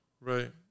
Right